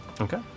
Okay